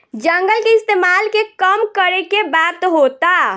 जंगल के इस्तेमाल के कम करे के बात होता